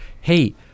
hey